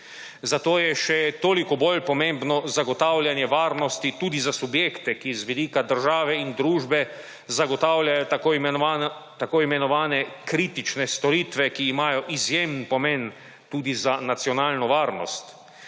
Zato je še toliko bolj pomembno zagotavljanje varnosti tudi za subjekte, ki z vidika države in družbe zagotavljajo tako imenovane kritične storitve, ki imajo izjemen pomen tudi za nacionalno varnost.